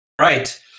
right